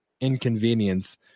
inconvenience